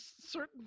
certain